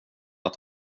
att